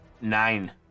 Nine